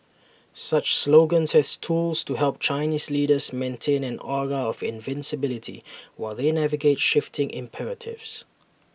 such slogans as tools to help Chinese leaders maintain an aura of invincibility while they navigate shifting imperatives